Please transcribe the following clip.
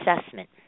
assessment